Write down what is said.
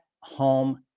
Home